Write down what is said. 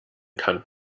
kann